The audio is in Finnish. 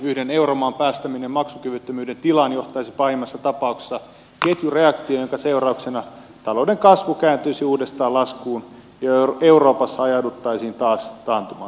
yhden euromaan päästäminen maksukyvyttömyyden tilaan johtaisi pahimmassa tapauksessa ketjureaktioon jonka seurauksena talouden kasvu kääntyisi uudestaan laskuun ja euroopassa ajauduttaisiin taas taantumaan